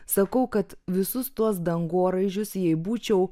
sakau kad visus tuos dangoraižius jei būčiau